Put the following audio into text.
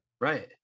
right